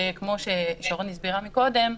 כי כמו ששרון הסבירה מקודם,